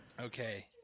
Okay